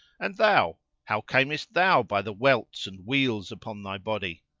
and thou, how camest thou by the welts and wheels upon thy body?